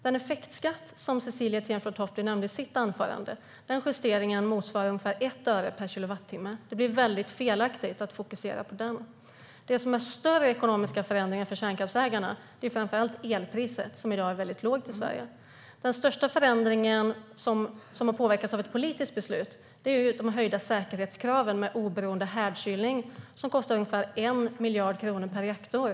Cecilie Tenfjord-Toftby nämnde effektskatten i sitt anförande. Den justeringen motsvarar ungefär 1 öre per kilowattimme, så det blir felaktigt att fokusera på den. En av de stora ekonomiska förändringarna för kärnkraftsägarna är framför allt elpriset, som i dag är väldigt lågt i Sverige. Den största förändringen som har påverkats av ett politiskt beslut är de höjda säkerhetskraven med oberoende härdkylning. Det kostar ungefär 1 miljard kronor per reaktor.